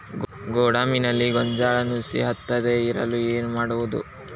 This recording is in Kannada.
ಗೋದಾಮಿನಲ್ಲಿ ಗೋಂಜಾಳ ನುಸಿ ಹತ್ತದೇ ಇರಲು ಏನು ಮಾಡುವುದು?